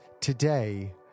today